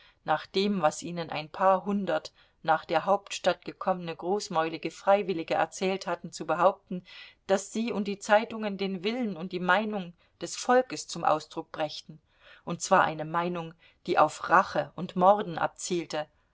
nach dem was ihnen ein paar hundert nach der hauptstadt gekommene großmäulige freiwillige erzählt hatten zu behaupten daß sie und die zeitungen den willen und die meinung des volkes zum ausdruck brächten und zwar eine meinung die auf rache und morden abzielte